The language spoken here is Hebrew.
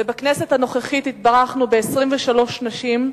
ובכנסת הנוכחית התברכנו ב-23 נשים,